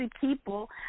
people